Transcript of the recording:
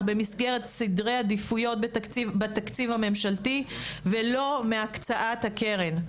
במסגרת סדרי עדיפויות בתקציב הממשלתי ולא מהקצאת הקרן,